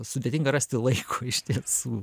sudėtinga rasti laiko iš tiesų